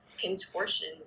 contortion